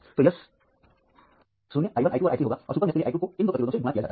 तो यह 0 i 1 i 2 और i 3 होगा और सुपर मेश के लिए i 2 को इन दो प्रतिरोधों से गुणा किया जाता है